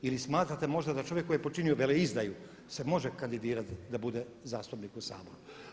Ili smatrate možda da čovjek koji je počinio veleizdaju se može kandidirati da bude zastupnik u Saboru.